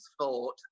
thought